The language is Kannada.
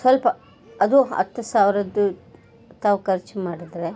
ಸ್ವಲ್ಪ ಅದು ಹತ್ತು ಸಾವಿರದ್ದು ತಾವು ಖರ್ಚು ಮಾಡಿದ್ದರೆ